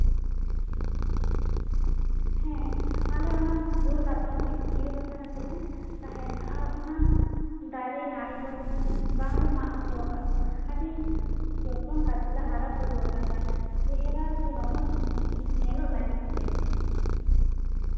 ᱦᱮᱸ ᱟᱞᱮ ᱚᱱᱟ ᱵᱩᱨᱩ ᱞᱟᱛᱟᱨ ᱨᱮ ᱜᱤᱨᱟᱹ ᱵᱟᱥᱟ ᱠᱟᱛᱮᱫ ᱞᱮ ᱛᱟᱦᱮᱸᱠᱟᱱᱟ ᱟᱨ ᱚᱱᱟ ᱫᱟᱨᱮ ᱱᱟᱲᱤ ᱠᱚᱫᱚ ᱵᱟᱝᱞᱮ ᱢᱟᱜ ᱦᱚᱪᱚᱣᱟᱠᱟᱫ ᱠᱚᱣᱟ ᱟᱹᱰᱤ ᱡᱚᱛᱚᱱ ᱠᱟᱛᱮᱫ ᱞᱮ ᱦᱟᱨᱟᱼᱵᱩᱨᱩᱣᱟᱠᱟᱫᱟ ᱪᱮᱦᱚᱨᱟ ᱥᱮ ᱨᱚᱢᱚᱡ ᱧᱮᱞᱚᱜ ᱞᱟᱹᱜᱤᱫ ᱛᱮ